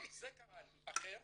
זה קהל אחר,